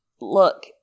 look